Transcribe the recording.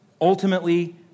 Ultimately